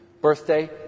Birthday